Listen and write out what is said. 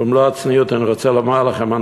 במלוא הצניעות אני רוצה לומר לכם,